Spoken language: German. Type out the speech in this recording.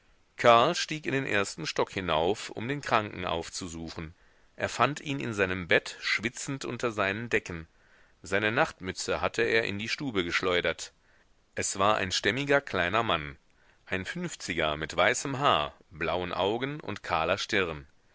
karl stieg in den ersten stock hinauf um den kranken aufzusuchen er fand ihn in seinem bett schwitzend unter seinen decken seine nachtmütze hatte er in die stube geschleudert es war ein stämmiger kleiner mann ein fünfziger mit weißem haar blauen augen und kahler stirn